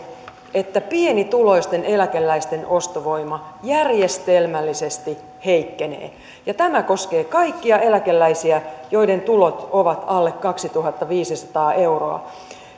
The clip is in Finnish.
että pienituloisten eläkeläisten ostovoima järjestelmällisesti heikkenee ja tämä koskee kaikkia eläkeläisiä joiden tulot ovat alle kaksituhattaviisisataa euroa